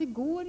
Lindqvist!